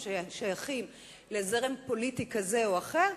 או ששייכים לזרם פוליטי כזה או אחר,